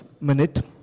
minute